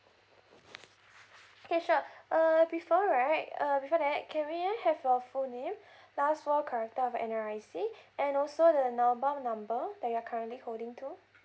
okay sure uh before right uh before that can we have your full name last four character of your N_R_I_C and also the mobile number that you are currently holding to